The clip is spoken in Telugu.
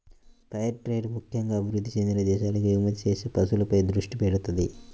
ఫెయిర్ ట్రేడ్ ముక్కెంగా అభివృద్ధి చెందిన దేశాలకు ఎగుమతి చేసే వస్తువులపై దృష్టి పెడతది